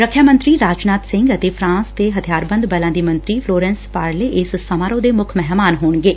ਰੱਖਿਆ ਮੰਤਰੀ ਰਾਜਨਾਬ ਸਿੰਘ ਅਤੇ ਫਰਾਂਸ ਦੇ ਹਬਿਆਰਬੰਦ ਬਲਾਂ ਦੀ ਮੰਤਰੀ ਫਲੋਰੈਂਸ ਪਾਰਲੇ ਇਸ ਸਮਾਰੋਹ ਦੇ ਮੁੱਖ ਮਹਿਮਾਨ ਹੋਣਗੇ